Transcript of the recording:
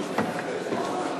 נתקבלו.